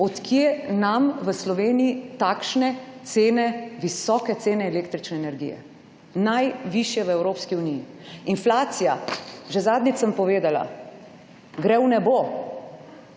od kod nam v Sloveniji takšne cene, visoke cene električne energije. Najvišje v Evropski uniji! Inflacija, že zadnjič sem povedala, gre v nebo.